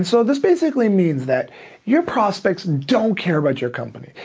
so, this basically means that your prospects don't care about your company.